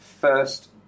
first